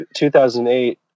2008